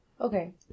okay